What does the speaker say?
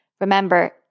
Remember